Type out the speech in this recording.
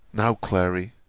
now, clary,